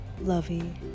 lovey